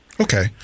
Okay